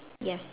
yes